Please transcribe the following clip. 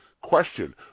Question